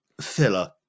filler